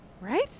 Right